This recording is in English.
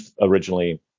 originally